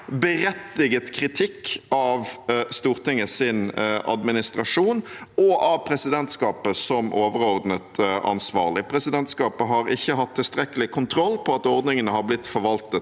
berettiget kritikk av Stortingets administrasjon og av presidentskapet som overordnet ansvarlig. Presidentskapet har ikke hatt tilstrekkelig kontroll på at ordningene har blitt forvaltet